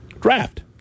Draft